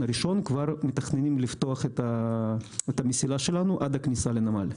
הראשון מתכננים לפתוח את המסילה שלנו עד הכניסה לנמל.